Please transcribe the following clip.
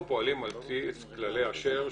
אנחנו פועלים על בסיס כללי אָשֵר,